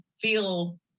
feel